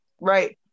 Right